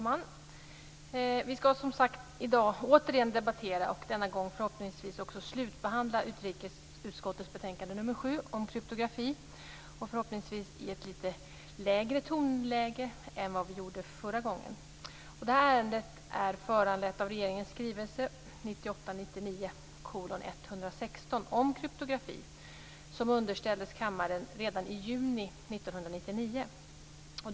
Fru talman! Vi ska i dag återigen debattera och denna gång förhoppningsvis slutdebattera utrikesutskottets betänkande nr 7 om kryptografi, och då förhoppningsvis i litet lägre tonläge än vad vi gjorde förra gången. Detta ärende är föranlett av regeringens skrivelse 1998/99:116 om kryptografi som underställdes kammaren redan i juni 1999.